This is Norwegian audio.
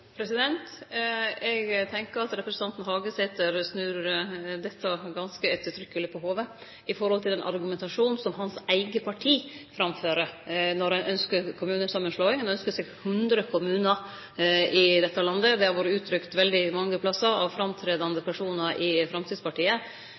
Eg tenkjer at representanten Hagesæter snur dette ganske ettertrykkeleg på hovudet i forhold til argumentasjonen som hans eige parti framfører når ein ynskjer kommunesamanslåing. Ein ynskjer seg 100 kommunar i dette landet, det har vore uttrykt veldig mange plassar av framtredande